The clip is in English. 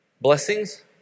blessings